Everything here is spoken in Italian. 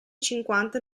cinquanta